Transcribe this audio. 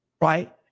Right